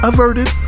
Averted